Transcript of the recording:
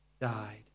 died